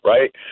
Right